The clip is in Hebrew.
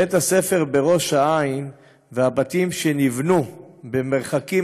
בית-הספר בראש-העין והבתים שנבנו במרחקים